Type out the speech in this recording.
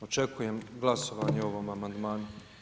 Očekujem glasovanje o ovom amandmanu.